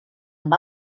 amb